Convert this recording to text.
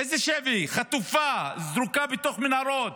איזה שבי, חטופה, זרוקה בתוך מנהרות.